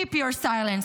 Keep your silence.